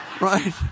right